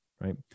Right